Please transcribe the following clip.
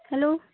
hello